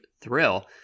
thrill